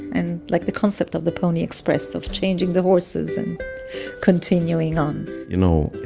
and like the concept of the pony express, of changing the horses and continuing on you know,